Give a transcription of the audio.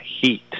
heat